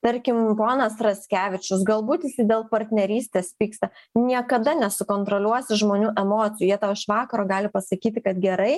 tarkim ponas raskevičius galbūt jisai dėl partnerystės pyksta niekada nesukontroliuosi žmonių emocijų jie tau iš vakaro gali pasakyti kad gerai